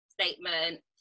statement